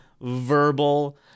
verbal